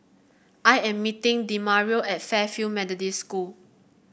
I am meeting Demario at Fairfield Methodist School